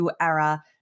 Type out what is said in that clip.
era